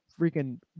freaking